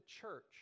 church